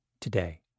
today